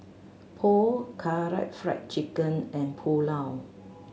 Pho Karaage Fried Chicken and Pulao